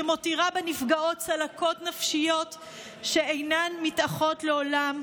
שמותירה בנפגעות צלקות נפשיות שאינן מתאחות לעולם,